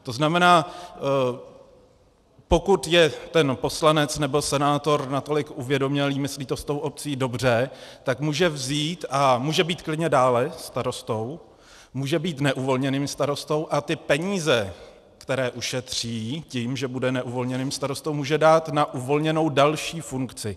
To znamená, pokud je ten poslanec nebo senátor natolik uvědomělý, myslí to s tou obcí dobře, tak může být klidně dále starostou, může být neuvolněným starostou a ty peníze, které ušetří tím, že bude neuvolněným starostou, může dát na uvolněnou další funkci.